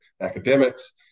academics